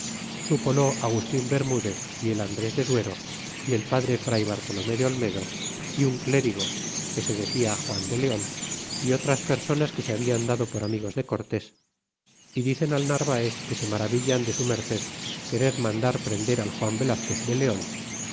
preso stipolo agustín bermudez y el andres de duero y el padre fray bartolome de olmedo y un clérigo que se decia juan de leon y otras personas que se hablan dado por amigos de cortés y dicen al narvaez que se maravillan de su merced querer mandar prender al juan velazquez de leon